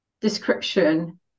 description